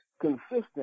consistent